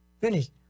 finish